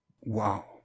Wow